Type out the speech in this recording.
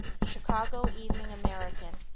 chicago evening american,